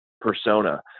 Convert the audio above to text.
persona